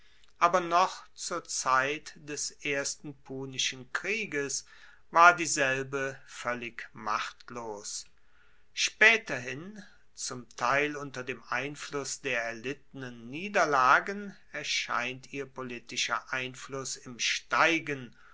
aber noch zur zeit des ersten punischen krieges war dieselbe voellig machtlos spaeterhin zum teil unter dem einfluss der erlittenen niederlagen erscheint ihr politischer einfluss im steigen